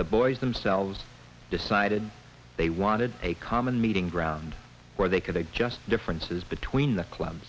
the boys themselves decided they wanted a common meeting ground where they could make just differences between the clans